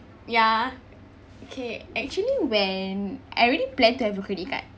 ya okay actually when I already planned to have a credit card